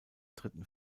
dritten